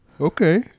Okay